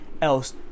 else